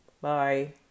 Bye